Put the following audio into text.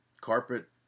carpet